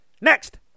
next